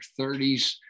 30s